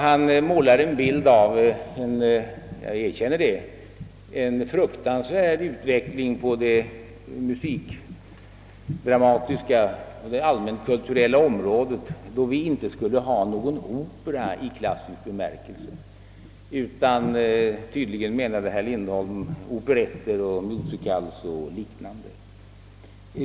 Han målar en bild av — jag erkänner det — en fruktansvärd utveckling på det musikdramatiska och allmänkulturella området, då det inte skulle förekomma någon opera i klassisk bemärkelse utan tydligen enbart operetter, musicals och liknande.